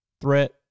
threat